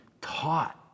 taught